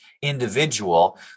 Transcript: individual